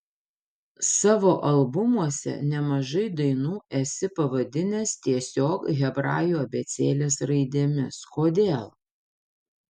savo albumuose nemažai dainų esi pavadinęs tiesiog hebrajų abėcėlės raidėmis kodėl